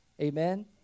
Amen